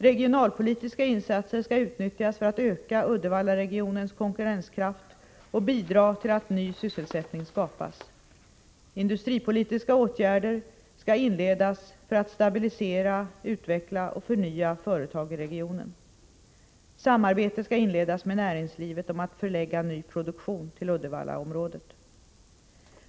Regionalpolitiska insatser skall utnyttjas för att öka Uddevallaregionens konkurrenskraft och bidra till att ny sysselsättning skapas. Industripolitiska åtgärder skall inledas för att stabilisera, utveckla och förnya företag i regionen. Samarbete skall inledas med näringslivet om att förlägga ny produktion till Uddevallaområdet.